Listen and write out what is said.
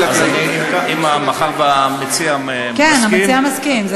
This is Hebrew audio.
מאחר שהמציע מסכים, כן, המציע מסכים.